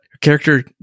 character